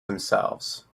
themselves